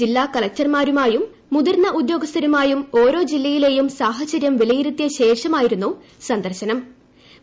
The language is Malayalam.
ജില്ലാ കളക്ടർമാരുമായും മുതിർന്ന ഉദ്യോഗസ്ഥരുമായും ഓരോ ജില്ലയിലേയും സാഹചര്യം വിലയിരുത്തിയ ശേഷമായിരുന്നു സന്ദർശിനും